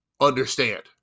understand